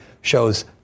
shows